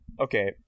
Okay